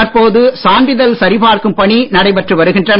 தற்போது சான்றிதழ் சரிபார்க்கும் பணி நடைபெற்று வருகின்றன